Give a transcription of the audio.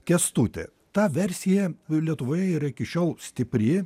kęstutį ta versija lietuvoje yra iki šiol stipri